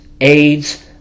AIDS